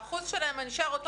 האחוז שלהם נשאר אותו דבר.